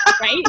right